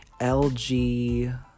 LG